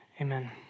amen